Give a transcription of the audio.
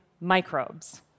microbes